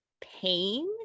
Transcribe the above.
pain